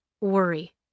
worry